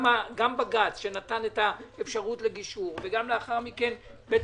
גם בג"ץ שנתן אפשרות לגישור וגם לאחר מכן בית